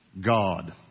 God